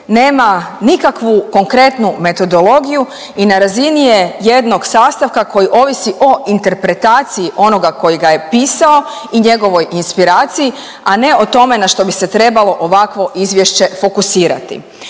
nema nikakvu konkretnu metodologiju i na razini je jednog sastavka koji ovisi o interpretaciji onoga koji ga je pisao i njegovoj inspiraciji, a ne o tome na što bi se trebalo ovakvo izvješće fokusirati.